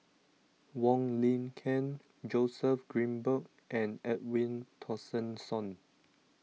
Wong Lin Ken Joseph Grimberg and Edwin Tessensohn